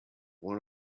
one